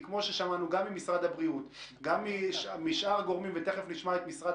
כי כמו ששמענו ממשרד הבריאות ומשאר הגורמים ותיכף נשמע את משרד